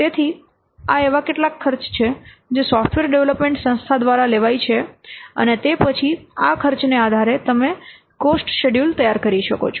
તેથી આ એવા કેટલાંક ખર્ચ છે જે સોફ્ટવેર ડેવલપમેન્ટ સંસ્થા દ્વારા લેવાય છે અને તે પછી આ ખર્ચને આધારે તમે કોસ્ટ શેડ્યૂલ તૈયાર કરી શકો છો